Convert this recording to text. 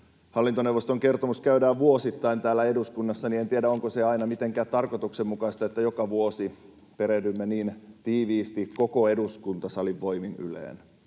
hallintoneuvoston kertomus käydään vuosittain täällä eduskunnassa, niin en tiedä, onko se aina mitenkään tarkoituksenmukaista, että joka vuosi perehdymme niin tiiviisti koko eduskuntasalin voimin Yleen